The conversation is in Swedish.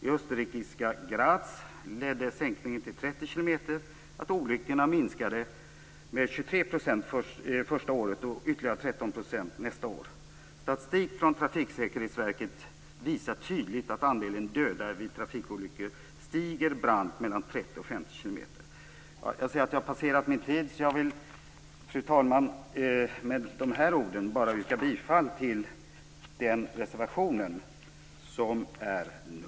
I österrikiska Graz ledde sänkningen till 30 km h och 50 km/h. Jag vill, fru talman, med dessa ord yrka bifall till reservation 7.